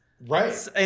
Right